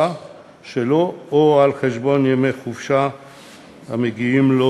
שלו או על חשבון ימי חופשה המגיעים לו,